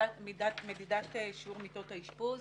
מדידת שיעור מיטות האשפוז